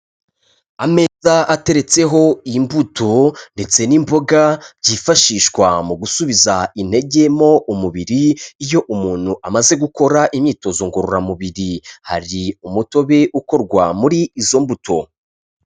Ameza ateretseho imbuto ndetse n'imboga, byifashishwa mu gusubiza intege mo umubiri iyo umuntu amaze gukora imyitozo ngororamubiri, hari umutobe ukorwa muri izo mbuto.